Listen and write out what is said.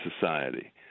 society